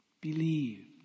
believe